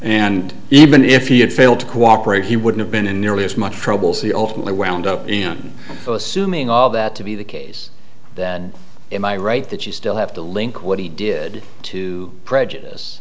and even if he had failed to cooperate he would have been in nearly as much troubles the ultimately wound up in assuming all that to be the case then am i right that you still have to link what he did to prejudice